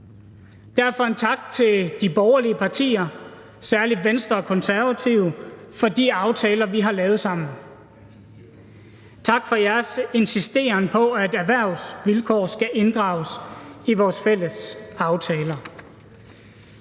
Derfor en tak til de borgerlige partier, særlig Venstre og Konservative, for de aftaler, vi har lavet sammen. Tak for jeres insisteren på, at erhvervsvilkår skal inddrages i vores fælles aftaler.